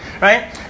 right